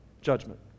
judgment